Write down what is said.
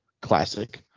Classic